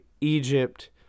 Egypt